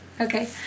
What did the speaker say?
Okay